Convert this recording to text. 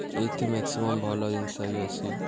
ଏଇଠି ମ୍ୟାକ୍ସିମମ୍ ଭଲ ଜିନିଷ ବି ଅଛି